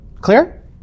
Clear